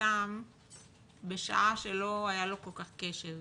פורסם בשעה שלא היה לו כל כך קשב,